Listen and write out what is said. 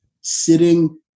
sitting